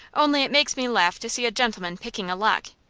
only it makes me laugh to see a gentleman picking a lock.